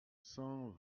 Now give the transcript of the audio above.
cent